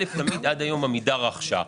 ראשית, עד היום תמיד עמידר רכשה.